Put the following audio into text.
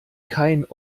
kein